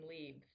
leaves